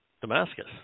Damascus